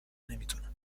نمیتونم